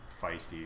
feisty